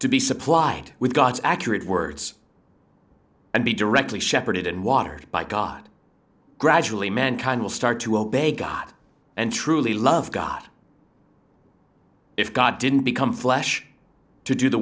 to be supplied with god's accurate words and be directly shepherded and watered by god gradually mankind will start to obey god and truly love god if god didn't become flesh to do the